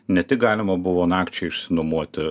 ne tik galima buvo nakčiai išsinuomoti